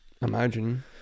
imagine